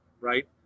Right